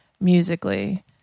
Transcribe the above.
musically